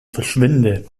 verschwinde